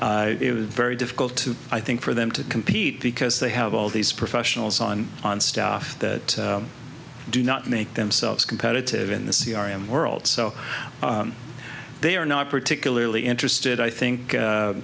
business it was very difficult to i think for them to compete because they have all these professionals on on staff that do not make themselves competitive in the c r m world so they are not particularly interested i think